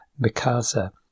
Mikasa